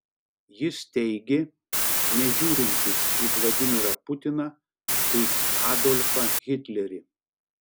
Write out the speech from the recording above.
jis teigė nežiūrintis į vladimirą putiną kaip adolfą hitlerį